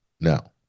now